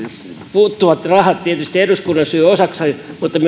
puuttuvat rahat tietysti eduskunnan syy osaksi mutta myöskin näiden